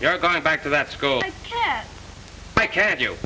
you're going back to that school ok you